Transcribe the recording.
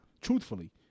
truthfully